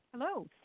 Hello